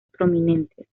prominentes